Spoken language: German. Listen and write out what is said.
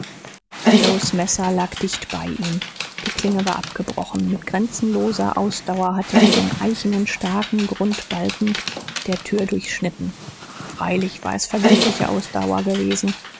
joes messer lag dicht bei ihm die klinge war abgebrochen mit grenzenloser ausdauer hatte er den eichenen starken grundbalken der tür durchschnitten freilich war es vergebliche ausdauer gewesen